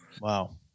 Wow